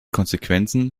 konsequenzen